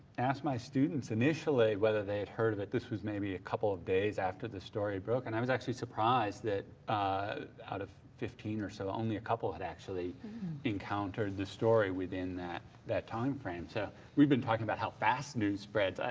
asked my students initially whether they'd heard of it. this was maybe a couple days after the story broke and i was actually surprised that out of fifteen or so, only a couple had actually encountered the story within that that time frame. so we've been talking about how fast news spreads.